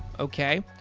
okay?